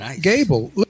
Gable